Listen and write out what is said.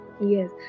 yes